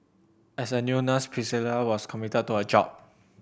as a new nurse Priscilla was committed to her job